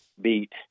beat